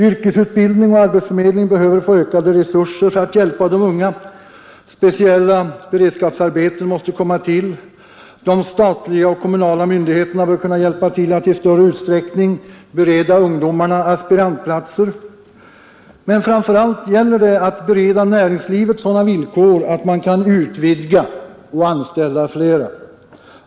Yrkesutbildning och arbetsförmedling behöver få ökade resurser för att hjälpa de unga. Speciella beredskapsarbeten måste komma till. De statliga och kommunala myndigheterna bör kunna hjälpa till att i större utsträckning bereda ungdomarna aspirantplatser Men framför allt gäller det att bereda näringslivet sådana villkor att man kan utvidga och anställa flera.